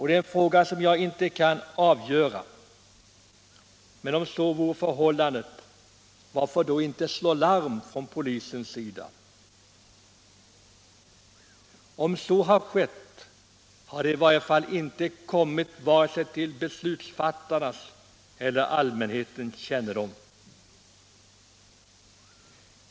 Det är någonting som jag inte kan avgöra, men om så är förhållandet, varför då inte slå larm från polisens sida? Om så har skett, har det i varje fall inte kommit till vare sig beslutsfattarnas eller allmänhetens kännedom.